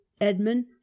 Edmund